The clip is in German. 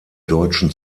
deutschen